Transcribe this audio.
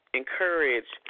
encourage